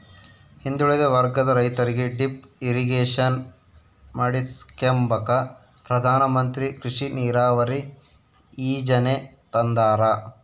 ಹಿಂದುಳಿದ ವರ್ಗದ ರೈತರಿಗೆ ಡಿಪ್ ಇರಿಗೇಷನ್ ಮಾಡಿಸ್ಕೆಂಬಕ ಪ್ರಧಾನಮಂತ್ರಿ ಕೃಷಿ ನೀರಾವರಿ ಯೀಜನೆ ತಂದಾರ